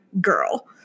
girl